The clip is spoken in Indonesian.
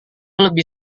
lebih